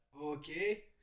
Okay